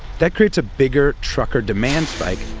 that creates a bigger trucker demand spike,